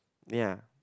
ya